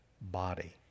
body